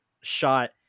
shot